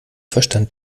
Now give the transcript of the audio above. verstand